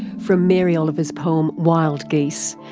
from mary oliver's poem wild geese,